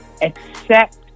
Accept